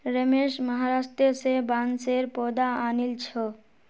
रमेश महाराष्ट्र स बांसेर पौधा आनिल छ